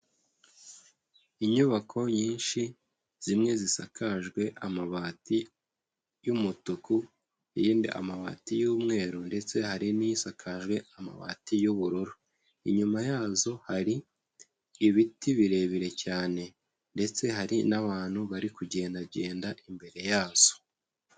Inyubako nyinshi zimwe zisakajwe amabati y'umutuku, iyindi amabati y'umweru ndetse hari n'isakaje amabati y'ubururu, inyuma yazo hari ibiti birebire cyane ndetse hari n'abantu bari kugenda genda imbere yazo.